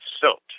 soaked